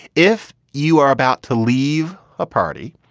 if you are about to leave a party,